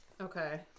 Okay